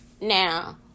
Now